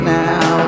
now